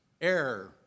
air